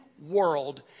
world